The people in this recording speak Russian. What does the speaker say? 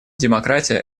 демократия